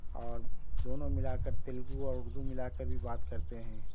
اور دونوں ملا کر تیلگو اور اردو ملا کر بھی بات کرتے ہیں